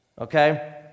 okay